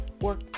work